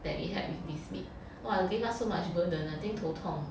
that we had with this maid !wah! she gave us so much burden I think 头痛